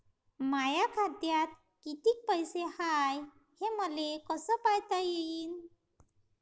माया खात्यात कितीक पैसे हाय, हे मले कस पायता येईन?